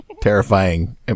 terrifying